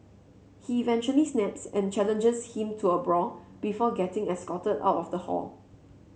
he eventually snaps and challenges him to a brawl before getting escorted out of the hall